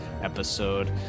episode